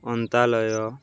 Antalya